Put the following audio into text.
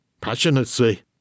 passionately